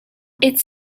its